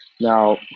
now